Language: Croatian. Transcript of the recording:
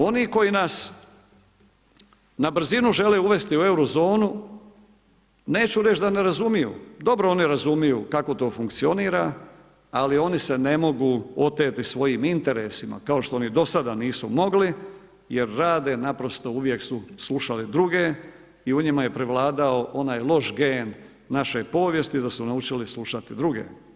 Oni koji nas na brzinu žele uvesti u Euro zonu, neću reći da ne razumiju, dobro oni razumiju kako to funkcionira, ali oni se ne mogu oteti svojim interesima, kao što ni do sada nisu mogli, jer rade naprosto uvijek su slušali druge i u njima je prevladao onaj loš gen naše povijesti da su naučili slušati druge.